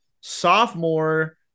sophomore